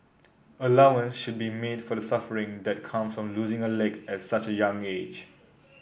allowance should be made for the suffering that comes from losing a leg at such a young age